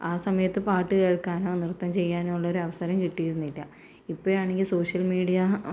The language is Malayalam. ആ സമയത്ത് പാട്ട് കേൾക്കാനോ നൃത്തം ചെയ്യാനോ ഉള്ളൊരവസരം കിട്ടിയിരുന്നില്ല ഇപ്പോഴാണെങ്കിൽ സോഷ്യൽ മീഡിയ